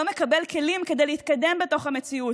לא מקבל כלים כדי להתקדם בתוך המציאות,